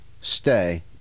stay